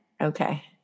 Okay